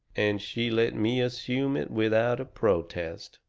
and she let me assume it without a protest.